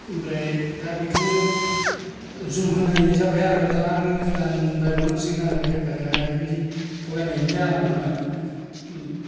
ओमफ्राय दा बेखौनो जोमहोनाय जाबाय आरो दा आरो गोदान बायबावनांसिगोन आरो बेफारिया ओरैबादि थगायनायनि जाहोनावनो